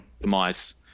demise